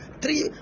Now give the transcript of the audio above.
three